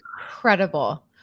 incredible